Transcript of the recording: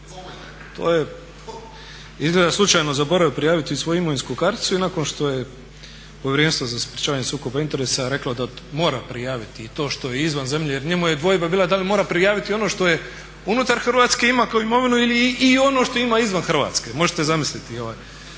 to je izgleda slučajno zaboravio prijaviti u svoju imovinsku karticu i nakon što je Povjerenstvo za sprečavanje sukoba interesa reklo da to mora prijaviti i to što je izvan zemlje jer njemu je bila dvojba da li mora prijaviti i ono što je unutar Hrvatske ima kao imovinu ili i ono što ima izvan Hrvatske. Možete zamisliti koji